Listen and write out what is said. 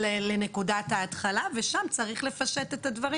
לנקודת ההתחלה ושם צריך לפשט את הדברים